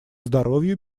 здоровью